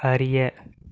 அறிய